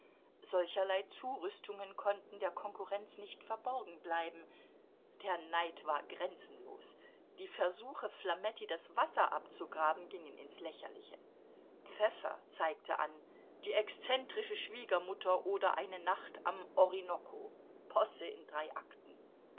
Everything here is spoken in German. solcherlei zurüstungen konnten der konkurrenz nicht verborgen bleiben der neid war grenzenlos die versuche flametti das wasser abzugraben gingen ins lächerliche pfäffer zeigte an die exzentrische schwiegermutter oder eine nacht am orinoko posse in drei akten